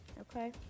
Okay